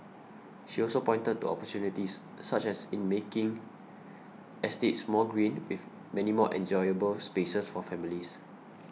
she also pointed to opportunities such as in making estates more green with many more enjoyable spaces for families